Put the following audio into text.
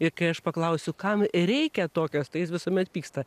ir kai aš paklausiu kam reikia tokios tai jis visuomet pyksta